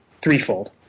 threefold